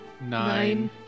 Nine